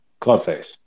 clubface